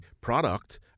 product